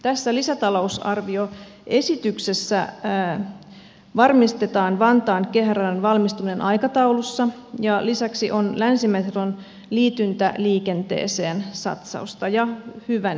tässä lisätalousarvioesityksessä varmistetaan vantaan kehäradan valmistuminen aikataulussa ja lisäksi on länsimetron liityntäliikenteeseen satsausta ja hyvä niin